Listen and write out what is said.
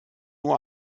uhr